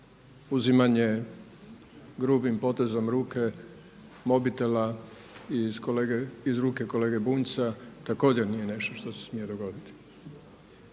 uzimanje grubim potezom ruke mobitela iz ruke kolege Bunjca također nije nešto što se smije dogoditi.